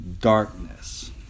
darkness